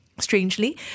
strangely